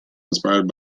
inspired